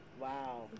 wow